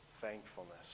thankfulness